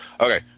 Okay